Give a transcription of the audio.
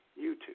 YouTube